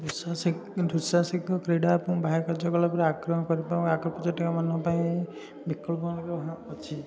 ଦୁଃସାହସିକ ଦୁଃସାହସିକ କ୍ରୀଡ଼ା ଏବଂ ବାହ୍ୟ କାର୍ଯ୍ୟକଳାପରେ ଆଗ୍ରହୀ ପର୍ଯ୍ୟଟକମାନଙ୍କ ପାଇଁ ବିକଳ୍ପ କ'ଣ ଅଛି